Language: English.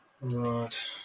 Right